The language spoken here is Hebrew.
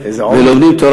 ולומדים תורה,